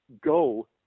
go